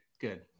Good